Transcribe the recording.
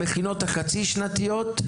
המכינות החצי-שנתיות,